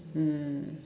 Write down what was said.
mm